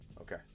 Okay